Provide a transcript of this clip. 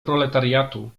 proletariatu